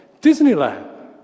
Disneyland